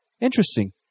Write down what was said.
Interesting